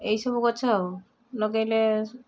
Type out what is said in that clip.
ଏଇସବୁ ଗଛ ଆଉ ଲଗେଇଲେ